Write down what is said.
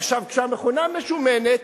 עכשיו, כשהמכונה משומנת,